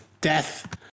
death